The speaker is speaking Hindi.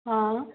हाँ